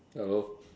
hello